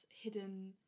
hidden